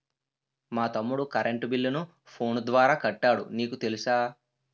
మా తమ్ముడు కరెంటు బిల్లును ఫోను ద్వారా కట్టాడు నీకు తెలుసా